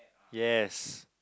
yes